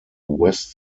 west